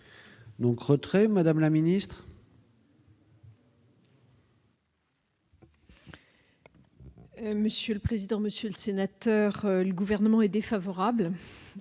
Donc, retrait, Madame la Ministre. Monsieur le président, Monsieur le Sénateur, le gouvernement est défavorable,